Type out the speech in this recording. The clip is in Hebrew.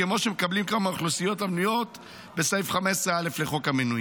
כמו שמקבלות האוכלוסיות המנויות בסעיף 15א לחוק המינויים.